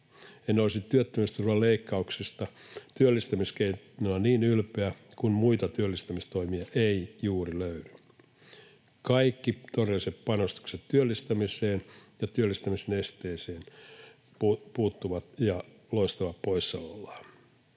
En olisi työttömyysturvan leikkauksista työllistämiskeinona niin ylpeä, kun muita työllistämistoimia ei juuri löydy. Kaikki todelliset panostukset työllistämiseen ja työllistämisen esteisiin puuttuvat ja loistavat poissaolollaan.